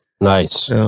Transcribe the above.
nice